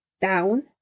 down